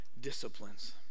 disciplines